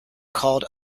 called